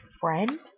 friend